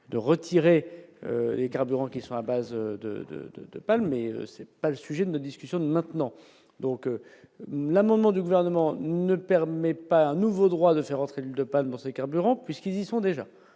de retirer les carburants qui sont la base de, de, de, de, mais c'est pas le sujet de discussion de maintenant donc l'amendement du gouvernement ne permet pas un nouveau droit de faire entrer l'huile de palme dans ces carburants puisqu'ils y sont déjà,